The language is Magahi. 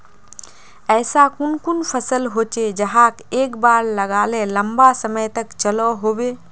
ऐसा कुन कुन फसल होचे जहाक एक बार लगाले लंबा समय तक चलो होबे?